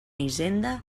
hisenda